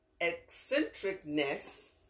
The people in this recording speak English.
eccentricness